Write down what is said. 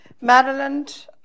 Maryland